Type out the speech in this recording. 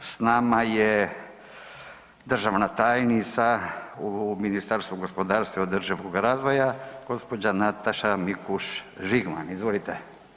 S nama je državna tajnica u Ministarstvu gospodarstva i održivog razvoja gđa. Nataša Mikuš Žigman, izvolite.